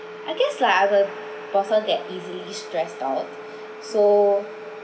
I guess like I'm a person that easily stressed out so